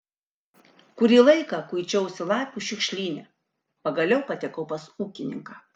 kurį laiką kuičiausi lapių šiukšlyne pagaliau patekau pas ūkininką